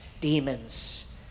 demons